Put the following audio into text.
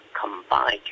combine